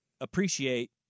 appreciate